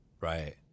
Right